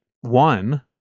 One